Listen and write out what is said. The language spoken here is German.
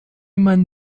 man